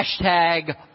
Hashtag